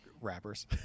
rappers